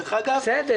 לגבי סלי